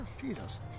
Jesus